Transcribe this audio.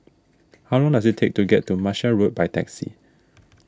how long does it take to get to Martia Road by taxi